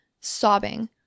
sobbing